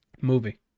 Movie